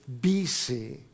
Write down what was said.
BC